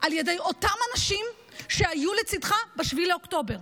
על ידי אותם אנשים שהיו לצידך ב-7 באוקטובר.